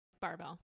Barbell